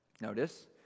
Notice